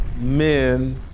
Men